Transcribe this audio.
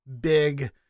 big